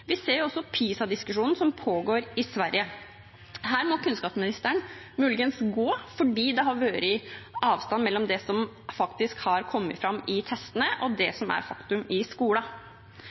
Vi ser også PISA-diskusjonen som pågår i Sverige. Her må kunnskapsministeren muligens gå fordi det har vært avstand mellom det som faktisk har kommet fram i testene, og det som er faktum i skolen.